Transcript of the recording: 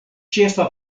ĉefa